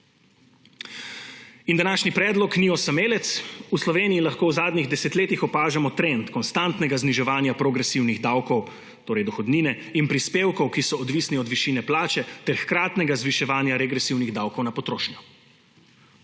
Današnji predlog ni osamelec, v Sloveniji lahko v zadnjih desetletjih opažamo trend konstantnega zniževanja progresivnih davkov, torej dohodnine, in prispevkov, ki so odvisni od višine plače, ter hkratnega zviševanja regresivnih davkov na potrošnjo.